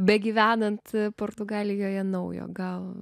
begyvenant portugalijoje naujo gal